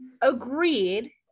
Agreed